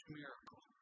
miracle